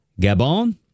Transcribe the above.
Gabon